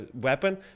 weapon